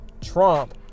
Trump